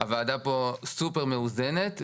הוועדה פה סופר מאוזנת,